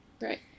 Right